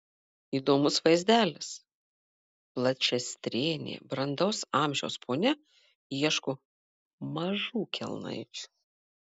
įdomus vaizdelis plačiastrėnė brandaus amžiaus ponia ieško mažų kelnaičių